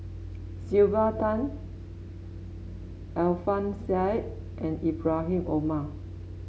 Sylvia Tan Alfian Sa'at and Ibrahim Omar